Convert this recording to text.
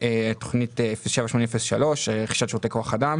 תוכנית 078003 רכישת שירותי כוח אדם